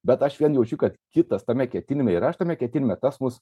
bet aš vien jaučiu kad kitas tame ketinime ir aš tame ketinime tas mus